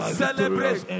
celebrate